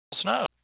snow